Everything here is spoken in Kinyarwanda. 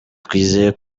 twizeye